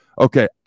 Okay